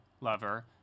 lover